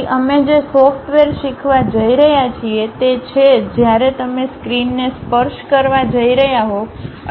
તેથી અમે જે સોફ્ટવેર શીખવા જઈ રહ્યા છીએ તે છે જ્યારે તમે સ્ક્રીનને સ્પર્શ કરવા જઇ રહ્યા હો